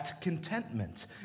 contentment